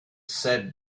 said